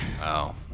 Wow